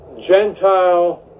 Gentile